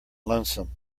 lonesome